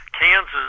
Kansas